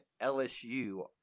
LSU